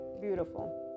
beautiful